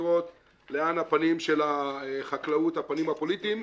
ולראות לאן הפנים של חקלאות, הפנים הפוליטיים,